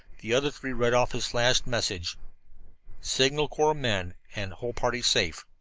the other three read off his flashed message signal corps men, and whole party safe.